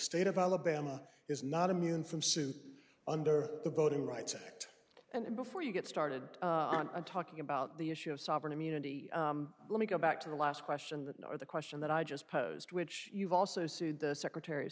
state of alabama is not immune from suit under the voting rights act and before you get started on talking about the issue of sovereign immunity let me go back to the last question that not the question that i just posed which you've also sued the secretary of